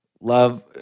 love